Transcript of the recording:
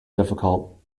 difficult